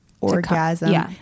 orgasm